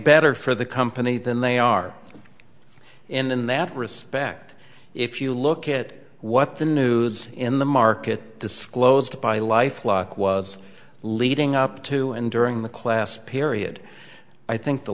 better for the company than they are in that respect if you look at what the news in the market disclosed by life lock was leading up to and during the class period i think the